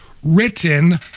written